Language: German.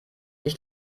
ich